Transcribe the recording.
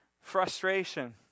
frustration